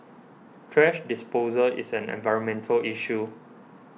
thrash disposal is an environmental issue